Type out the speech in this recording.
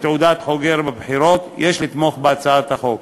בתעודת חוגר בבחירות, יש לתמוך בהצעת החוק.